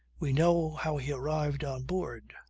we know how he arrived on board.